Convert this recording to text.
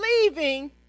leaving